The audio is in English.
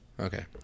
Okay